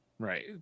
Right